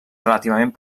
relativament